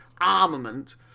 armament